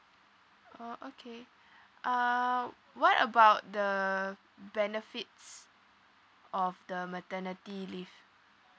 orh okay um what about the benefits of the maternity leave